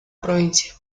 provincia